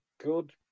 good